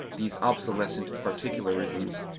these obsolescent particularisms,